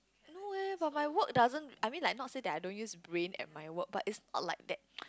no eh but my work doesn't I mean like not say that I don't use brain at my work but it's not like that